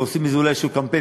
ועושים מזה אולי איזה קמפיין,